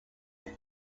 but